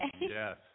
Yes